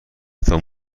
تان